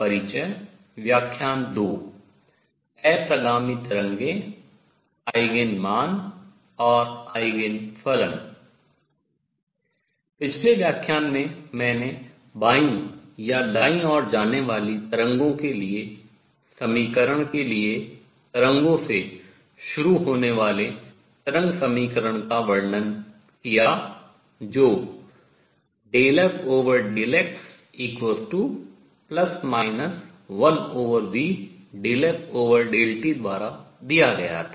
पिछले व्याख्यान में मैंने बाईं या दाईं ओर जाने वाली तरंगों के लिए समीकरण के लिए तरंगों से शुरू होने वाले तरंग समीकरण का वर्णन किया जो ∂f∂x±1v∂f∂t द्वारा दिया गया था